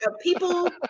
People